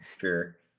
Sure